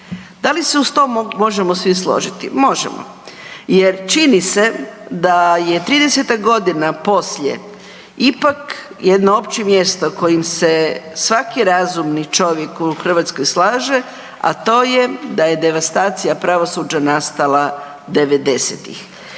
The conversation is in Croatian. Da li se uz to možemo svi složiti? Možemo jer čini se da je 30-ta godina poslije ipak jedno opće mjesto kojim se svaki razumi čovjek u Hrvatskoj slaže, a to je da je devastacija pravosuđa nastala '90.-tih